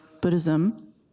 Buddhism